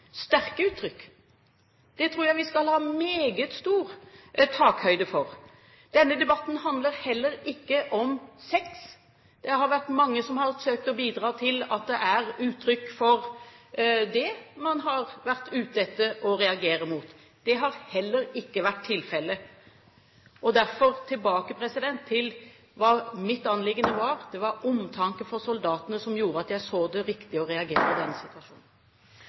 sterke uttrykk. Det tror jeg vi skal ha meget stor takhøyde for. Denne debatten handler heller ikke om sex. Det er mange som har forsøkt å bidra til at det er uttrykk for det man har vært ute etter å reagere mot. Det har heller ikke vært tilfellet. Derfor tilbake til hva mitt anliggende var: Det var omtanke for soldatene som gjorde at jeg så det riktig å reagere i denne situasjonen.